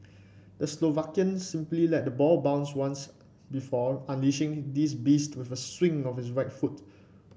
the Slovakian simply let the ball bounced once before unleashing this beast with a swing of his right foot